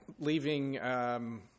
leaving –